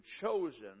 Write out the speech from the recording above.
chosen